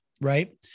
Right